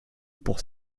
pour